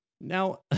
Now